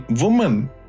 woman